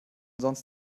sonst